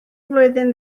flwyddyn